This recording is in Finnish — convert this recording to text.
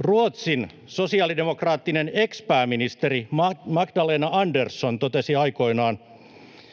Ruotsin sosialidemokraattinen ex-pääministeri Magdalena Andersson totesi aikoinaan: